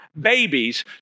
babies